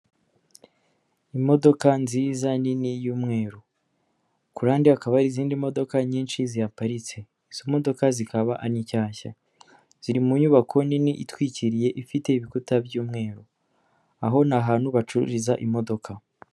Imodoka nziza nini y’umweru ku ruhande hakaba hari izindi modoka nyinshi zihaparitse. Izo modoka ni shyashya, ziri mu nyubako nini itwikiriye, ifite ibikuta by’umweru. Aho ni ahantu bacururiza imodoka.